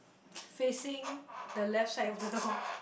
facing the left side of the door